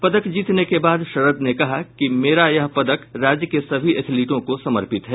पदक जीतने के बाद शरद ने कहा कि मेरा यह पदक राज्य के सभी एथलीटों को समर्पित है